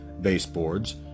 baseboards